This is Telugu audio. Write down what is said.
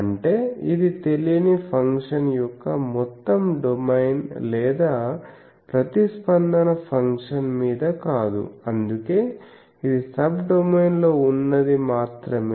అంటే ఇది తెలియని ఫంక్షన్ యొక్కమొత్తం డొమైన్ లేదా ప్రతిస్పందన ఫంక్షన్ మీద కాదు అందుకే ఇది సబ్డొమైన్ లో వున్నది మాత్రమే